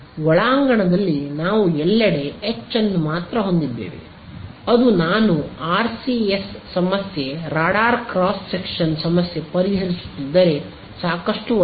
ಒಳಾಂಗಣದಲ್ಲಿ ನಾವು ಎಲ್ಲೆಡೆ H ಅನ್ನು ಮಾತ್ರ ಹೊಂದಿದ್ದೇವೆ ಅದು ನಾನು ಆರ್ಸಿಎಸ್ ಸಮಸ್ಯೆ ರಾಡಾರ್ ಕ್ರಾಸ್ ಸೆಕ್ಷನ್ ಸಮಸ್ಯೆ ಪರಿಹರಿಸುತ್ತಿದ್ದರೆ ಸಾಕಷ್ಟು ಒಳ್ಳೆಯದು